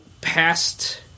past